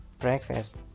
breakfast